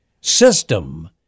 system